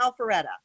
Alpharetta